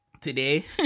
today